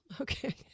okay